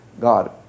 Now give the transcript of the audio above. God